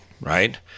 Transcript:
right